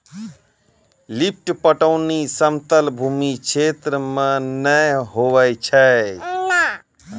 lift पटौनी समतल भूमी क्षेत्र मे नै होय छै